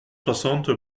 soixante